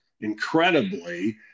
incredibly